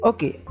Okay